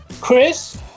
Chris